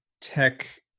tech